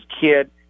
kid